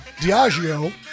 Diageo